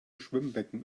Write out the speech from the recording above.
schwimmbecken